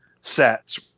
sets